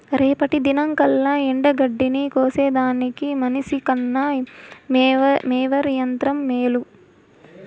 రేపటి దినంకల్లా ఎండగడ్డిని కోసేదానికి మనిసికన్న మోవెర్ యంత్రం మేలు